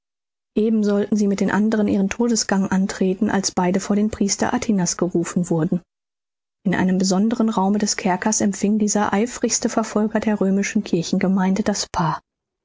eben sollten sie mit den anderen ihren todesgang antreten als beide vor den priester atinas gerufen wurden in einem besonderen raume des kerkers empfing dieser eifrigste verfolger der römischen christengemeinde das paar